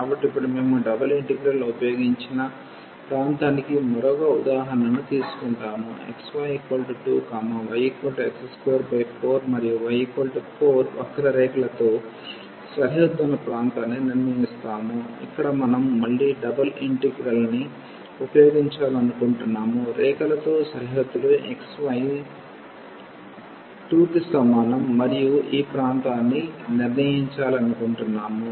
కాబట్టి ఇప్పుడు మేము డబుల్ ఇంటిగ్రల్ ఉపయోగించిన ప్రాంతానికి మరొక ఉదాహరణను తీసుకుంటాము xy 2 yx24 మరియు y 4 వక్రరేఖలతో సరిహద్దు ఉన్న ప్రాంతాన్ని నిర్ణయిస్తాము ఇక్కడ మనం మళ్లీ డబుల్ ఇంటిగ్రల్ని ఉపయోగించాలనుకుంటున్నాము రేఖ లతో సరిహద్దులు xy సమానం 2 మరియు ఈ ప్రాంతాన్ని నిర్ణయించాలనుకుంటున్నాము